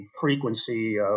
frequency